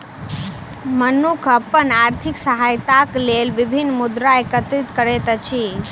मनुख अपन आर्थिक सहायताक लेल विभिन्न मुद्रा एकत्रित करैत अछि